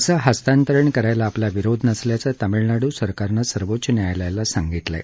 असं हस्तांतरण करायला आपला विरोध नसल्याचं तमिळनाडू सरकारनं सर्वोच्च न्यायालयाला सांगितलं आहे